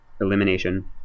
elimination